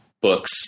books